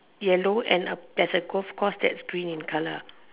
yellow and a there's a golf course that's green in colour